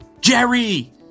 Jerry